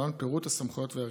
להלן פירוט הסמכויות וההרכבים: